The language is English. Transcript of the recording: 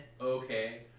okay